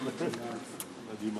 תודה.